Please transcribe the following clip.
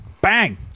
Bang